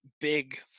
big